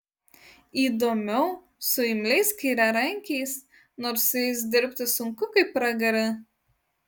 įdomiau su imliais kairiarankiais nors su jais dirbti sunku kaip pragare